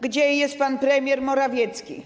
Gdzie jest pan premier Morawiecki?